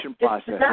process